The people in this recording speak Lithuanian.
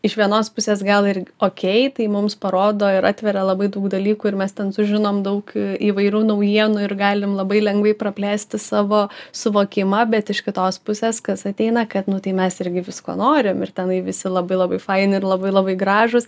iš vienos pusės gal ir okei tai mums parodo ir atveria labai daug dalykų ir mes ten sužinom daug įvairių naujienų ir galim labai lengvai praplėsti savo suvokimą bet iš kitos pusės kas ateina kad nu tai mes irgi visko norim ir tenai visi labai labai faini ir labai labai gražūs